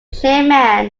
chairman